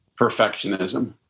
perfectionism